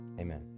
Amen